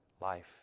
life